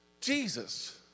Jesus